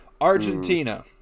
Argentina